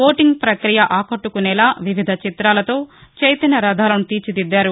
voting ప్రక్రియ ఆకట్టకునేలా వివిధ చితాలతో చైతన్య రథాలను తీర్చిదిద్దారు